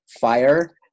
fire